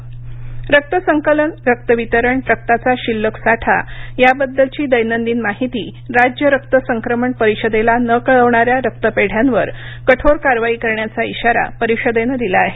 रक्तपेढी रक्त संकलन रक्त वितरण रक्ताचा शिल्लक साठा याबद्दलची दैनंदिन माहिती राज्य रक्त संक्रमण परिषदेला न कळवणाऱ्या रक्तपेद्यांवर कठोर कारवाई करण्याचा इशारा परिषदेने दिला आहे